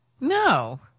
No